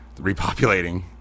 repopulating